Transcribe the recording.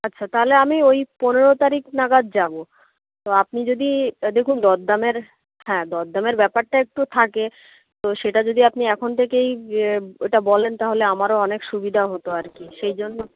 আচ্ছা তাহলে আমি ওই পনেরো তারিখ নাগাদ যাবো তো আপনি যদি দেখুন দর দামের হ্যাঁ দর দামের ব্যাপারটা একটু থাকে তো সেটা যদি আপনি এখন থেকেই ওটা বলেন তাহলে আমারও অনেক সুবিধা হতো আর কি সেই জন্য